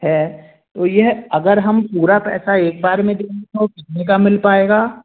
है तो यह अगर हम पूरा पैसा एक बार में दें तो कितने का मिल पाएगा